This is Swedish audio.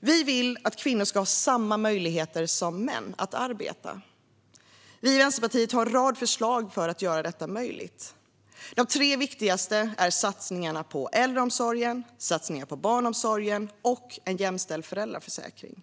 Vi i Vänsterpartiet vill att kvinnor ska ha samma möjligheter som män att arbeta. Vi har en rad förslag för att göra det möjligt. De tre viktigaste är satsningar på äldreomsorgen, satsningar på barnomsorgen och en jämställd föräldraförsäkring.